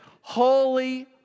Holy